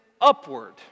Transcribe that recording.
upward